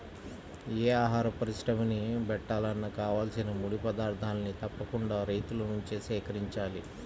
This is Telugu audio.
యే ఆహార పరిశ్రమని బెట్టాలన్నా కావాల్సిన ముడి పదార్థాల్ని తప్పకుండా రైతుల నుంచే సేకరించాల